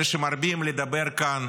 אלה שמרבים לדבר כאן